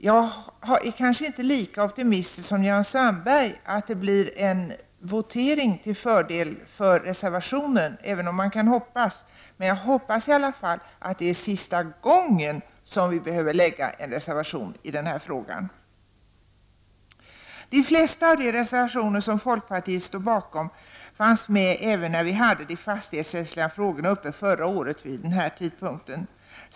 Jag är kanske inte lika optimistisk som Jan Sandberg, som trodde att voteringen skulle utfalla till reservationens fördel, men man kan ju alltid hoppas. Jag hoppas i alla fall att detta är sista gången som vi behöver ha en reservation i denna fråga. Fru talman! De flesta av de reservationer som folkpartiet står bakom fanns även med när vi hade de fastighetsrättsliga frågorna uppe förra året vid den här tiden.